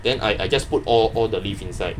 then I I just put all the leaves inside